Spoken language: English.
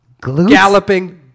galloping